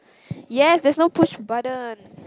yes there's no push button